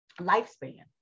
lifespan